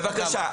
בבקשה.